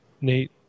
Nate